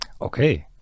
Okay